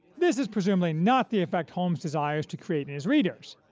this is presumably not the effect holmes desires to create in his readers,